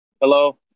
Hello